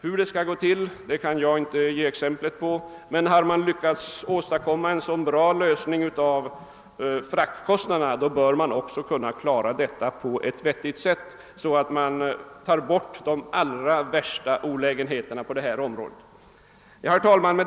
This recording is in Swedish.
Hur det skall gå till kan jag inte närmare ange, men har man lyckats åstadkomma en så bra lösning av problemet med fraktkostnaderna, bör man också på ett vettigt sätt kunna undanröja de allra värsta olägenheterna i fråga om flygpriserna. Herr talman!